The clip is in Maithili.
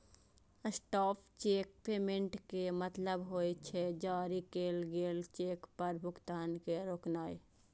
स्टॉप चेक पेमेंट के मतलब होइ छै, जारी कैल गेल चेक पर भुगतान के रोकनाय